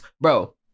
bro